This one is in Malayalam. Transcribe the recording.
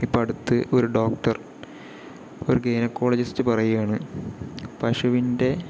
ഇപ്പം അടുത്ത് ഒരു ഡോക്ടർ ഒരു ഗൈനക്കോളജിസ്റ് പറയുവാണ് പശുവിൻ്റെ